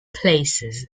places